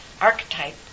archetype